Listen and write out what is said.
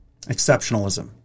exceptionalism